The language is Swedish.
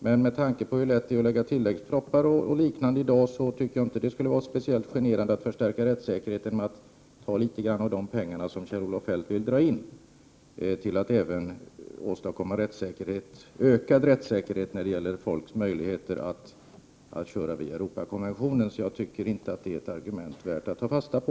Men med tanke på hur lätt det numera är att lägga fram tilläggspropositioner tycker jag att det inte skulle vara särskilt genant, om man förstärkte rättssäkerheten genom att låta litet grand av de pengar som Kjell-Olof Feldt vill dra in gå till personer som vill få sin rätt prövad enligt Europakonventionen. Jag tycker inte att Sigrid Bolkéus argument är värt att ta fasta på.